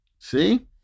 See